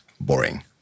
boring